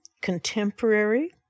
Contemporary